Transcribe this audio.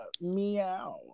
meow